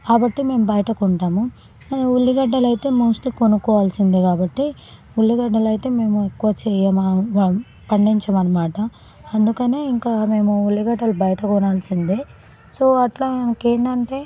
కాబట్టి మేం బయట కొంటాము ఉల్లిగడ్డలైతే మోస్ట్లీ కొనుక్కోవలసిందే కాబట్టి ఉల్లిగడ్డలైతే మేము ఎక్కువ చేయము పండించమన్నమాట అందుకనే ఇంకా మేము ఉల్లిగడ్డలు బయట కొనాల్సిందే సో అట్లా మనకి ఏంటంటే